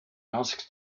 asked